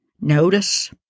Notice